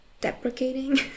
deprecating